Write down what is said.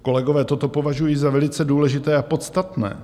Kolegové, toto považuji za velice důležité a podstatné.